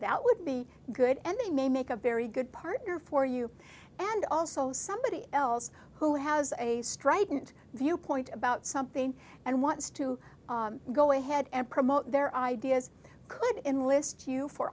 that would be good and they may make a very good partner for you and also somebody else who has a strident viewpoint about something and wants to go ahead and promote their ideas could in list you for